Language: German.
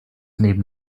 neben